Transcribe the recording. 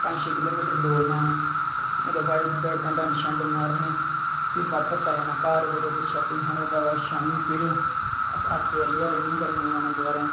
पंज छै किलोमिटर दौड़ना ओहदे बाद बैठकां डंड शंड मारने फिर बापस आई जाना घर रुट्टी शट्टी खानी ओह्दे बाद शामी फिर अट्ठ बजे कन्नै रन्निंग करने गी जाना दबारा